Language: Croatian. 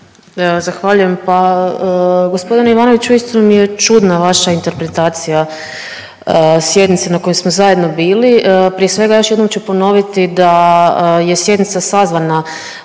Zahvaljujem. Pa g. Ivanoviću, uistinu mi je čudna vaša interpretacija sjednice na kojoj smo zajedno bili. Prije svega još jednom ću ponoviti da je sjednica sazvana